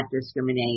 discriminate